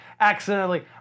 accidentally